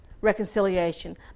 reconciliation